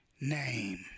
name